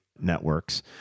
networks